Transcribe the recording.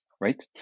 right